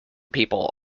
people